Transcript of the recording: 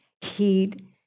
heed